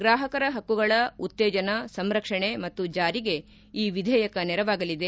ಗ್ರಾಹಕರ ಹಕ್ಕುಗಳ ಉತ್ತೇಜನ ಸಂರಕ್ಷಣೆ ಮತ್ತು ಜಾರಿಗೆ ಈ ವಿಧೇಯಕ ನೆರವಾಗಲಿದೆ